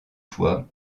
fois